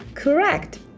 Correct